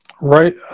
right